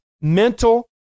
mental